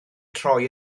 troi